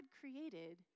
created